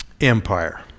Empire